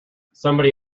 somebody